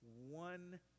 one